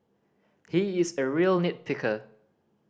he is a real nit picker